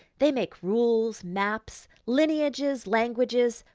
they make rules, maps, lineages, languages,